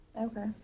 Okay